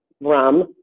rum